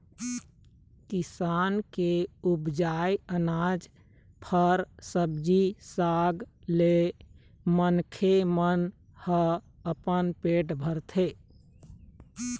किसान के उपजाए अनाज, फर, सब्जी साग ले मनखे मन ह अपन पेट भरथे